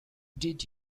did